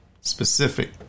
Specific